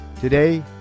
Today